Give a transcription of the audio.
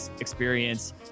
experience